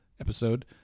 episode